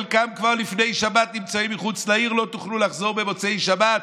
חלקם כבר מלפני שבת נמצאים מחוץ לעיר: לא תוכלו לחזור במוצאי שבת,